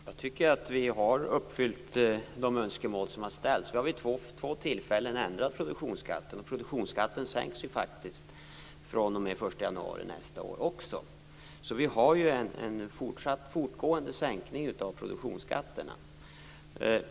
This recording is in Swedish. Fru talman! Jag tycker att vi har uppfyllt de önskemål som har ställts. Vi har vid två tillfällen ändrat produktionsskatten, och den sänks fr.o.m. den 1 januari nästa år också. Det sker alltså en fortgående sänkning av produktionsskatterna.